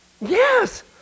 Yes